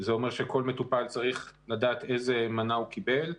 זה אומר שכל מטופל צריך לדעת איזו מנה הוא קיבל,